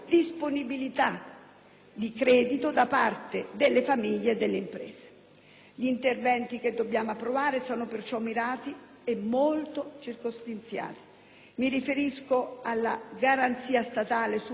di credito da parte delle famiglie e delle imprese. Gli interventi che dobbiamo approvare sono perciò mirati e molto circoscritti. Mi riferisco alla garanzia statale su finanziamenti erogati